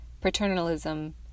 paternalism